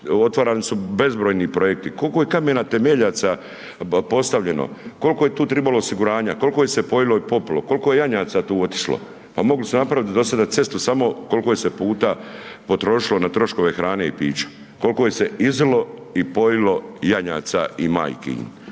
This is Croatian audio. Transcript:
otvarani su bezbrojni projekti, kolko je kamena temeljaca postavljeno, kolko je tu tribalo osiguranja, kolko je se poilo i popilo, kolko je janjaca tu otišlo, pa mogli su napraviti do sada cestu samo kolko se je puta potrošilo na troškove hrane i pića, kolko je se izilo i pojilo janjaca i majki